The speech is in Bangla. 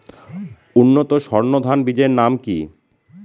উন্নত সর্ন ধান বীজের নাম কি?